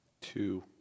Two